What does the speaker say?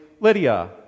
Lydia